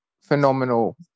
phenomenal